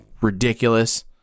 ridiculous